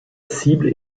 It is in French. cible